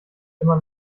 immer